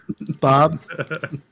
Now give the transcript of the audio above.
Bob